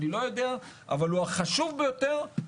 אבל הוא החשוב ביותר.